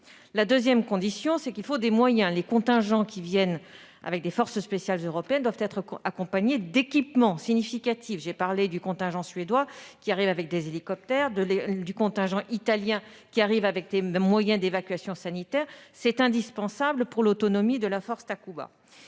le terrain. Ensuite, il faut des moyens. Les contingents qui viennent des forces spéciales européennes doivent être accompagnés d'équipements significatifs ; j'ai évoqué le contingent suédois, qui arrive avec des hélicoptères, ou le contingent italien, qui apporte des moyens d'évacuation sanitaire. C'est indispensable pour l'autonomie de la force Takuba.